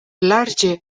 larĝe